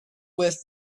with